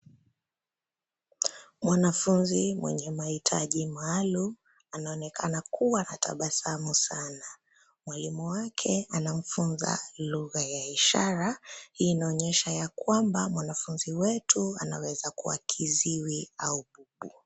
Mwanafunzi mwenye mahitaji maalum anaonekana kuwa anatabasamu sana. Mwalimu wake anamfunza lugha ya ishara. Hii inaonyesha ya kwamba mwanafunzi wetu anaweza kuwa kiziwi au bubu.